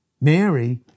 Mary